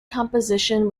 composition